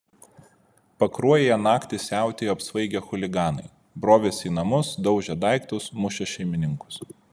pakruojyje naktį siautėjo apsvaigę chuliganai brovėsi į namus daužė daiktus mušė šeimininkus